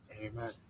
Amen